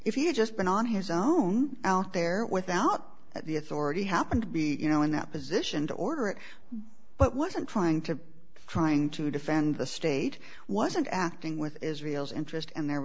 had just been on his own out there without the authority happened to be you know in that position to order it but wasn't trying to trying to defend the state wasn't acting with israel's interest and their